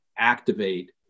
activate